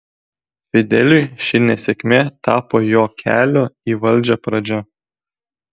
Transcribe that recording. fideliui ši nesėkmė tapo jo kelio į valdžią pradžia